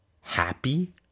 happy